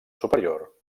superior